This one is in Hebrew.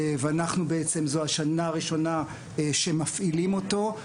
ואנחנו בעצם זו השנה הראשונה שמפעילים אותו.